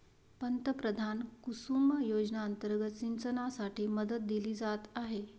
पंतप्रधान कुसुम योजना अंतर्गत सिंचनासाठी मदत दिली जात आहे